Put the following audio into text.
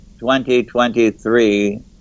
2023